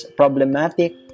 problematic